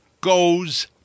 goes